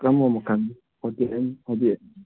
ꯀꯔꯝꯕ ꯃꯈꯟ ꯍꯣꯇꯦꯜ ꯍꯥꯏꯗꯤ